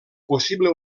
possible